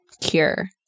cure